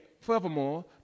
Furthermore